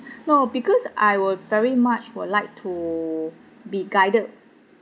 no because I would very much would like to be guided